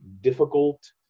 difficult